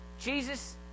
Jesus